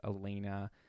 Elena